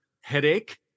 headache